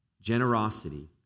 Generosity